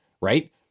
right